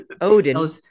odin